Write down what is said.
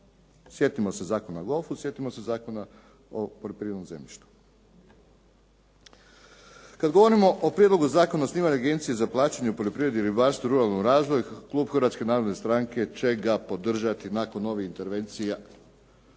Sjetimo se Zakona o golfu, sjetimo se Zakona o poljoprivrednom zemljištu. Kad govorimo o Prijedlogu zakona o osnivanju Agencije za plaćanje u poljoprivredi, ribarstvu, ruralnom razvoju klub Hrvatske narodne stranke će ga podržati nakon ovih intervencija